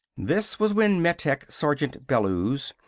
this was when metech sergeant bellews,